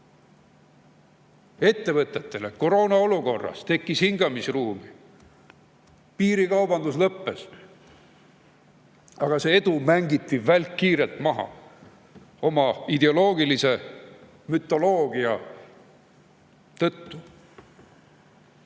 Ettevõtetele tekkis koroonaolukorras hingamisruumi, piirikaubandus lõppes. Aga see edu mängiti välkkiirelt maha oma ideoloogilise mütoloogia tõttu.